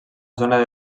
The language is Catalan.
zona